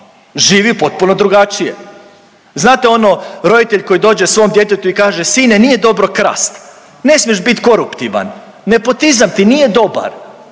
živi potpuno drugačije. Znate ono roditelj koji dođe svom djetetu i kaže sin nije dobro krast, ne smiješ bit koruptivan, nepotizam ti nije dobar,